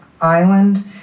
island